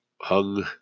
hung